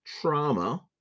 trauma